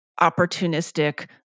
opportunistic